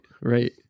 Right